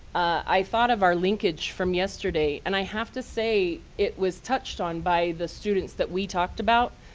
i thought of our linkage from yesterday. and i have to say, it was touched on by the students that we talked about.